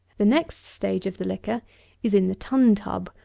the next stage of the liquor is in the tun-tub,